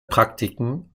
praktiken